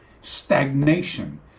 stagnation